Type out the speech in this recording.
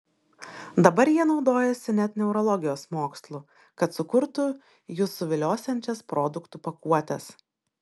dabar jie naudojasi net neurologijos mokslu kad sukurtų jus suviliosiančias produktų pakuotes